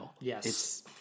Yes